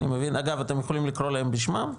אגב, אתם יכולים לקרוא להם בשמם?